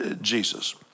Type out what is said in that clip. Jesus